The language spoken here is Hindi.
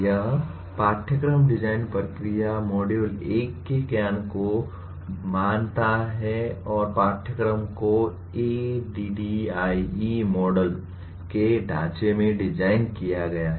यह पाठ्यक्रम डिजाइन प्रक्रिया मॉड्यूल 1 के ज्ञान को मानता है और पाठ्यक्रम को ADDIE मॉडल के ढांचे में डिज़ाइन किया गया है